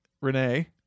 Renee